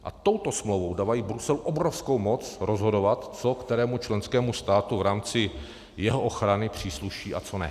A touto smlouvou dávají Bruselu obrovskou moc rozhodovat, co kterému členskému státu v rámci jeho ochrany přísluší a co ne.